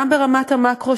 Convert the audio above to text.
גם ברמת המקרו,